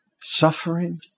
suffering